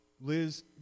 Liz